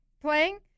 playing